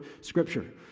Scripture